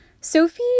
Sophie